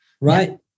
Right